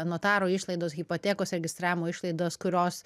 notaro išlaidos hipotekos registravimo išlaidos kurios